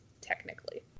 Technically